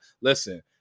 listen